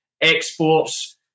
exports